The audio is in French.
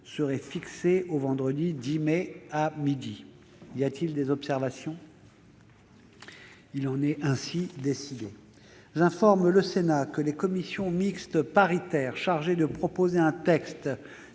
serait fixé au vendredi 10 mai, à midi. Y a-t-il des observations ?... Il en est ainsi décidé. J'informe le Sénat que les commissions mixtes paritaires chargées de proposer un texte